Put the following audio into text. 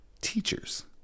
teachers